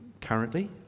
currently